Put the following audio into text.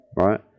right